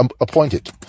appointed